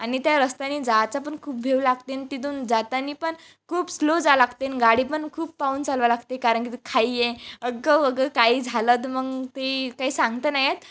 आणि त्या रस्त्याने जायचं पन खूप भीव लागते आणि तिथून जाताना पण खूप स्लो जा लागते न गाडी पण खूप पाहून चालवायला लागते कारण की ती खाई आहे अगं वगं काही झालं तर मग ते काही सांगता नाही येत